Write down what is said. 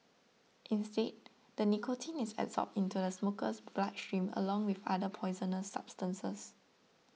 instead the nicotine is absorbed into the smoker's bloodstream along with other poisonous substances